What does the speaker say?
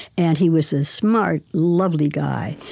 and he was a smart, lovely guy.